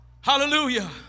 Hallelujah